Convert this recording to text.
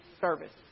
service